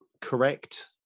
correct